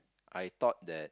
I thought that